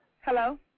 Hello